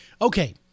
Okay